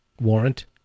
warrant